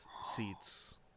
seats